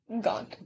gone